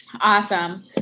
Awesome